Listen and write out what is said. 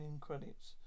credits